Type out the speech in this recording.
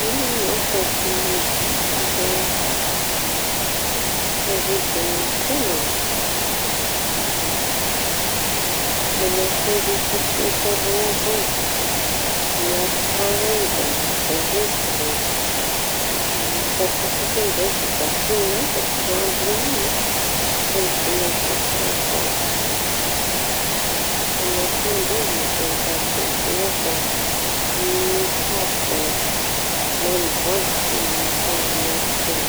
Ino ho añao ahaiñy biby mba hiarovan-tena? Mañahiky orita sy tarongo io miaro taña iny da miova loko. Katsatsaky iñy ndreky da tiñapaky rambony rehefa izy mahita fahavalo. Mañahiky ny amboa zañy da mivovo avao, da ny saka avao da mandragotsy rehefa miaro teña.